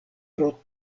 pro